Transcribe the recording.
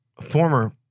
former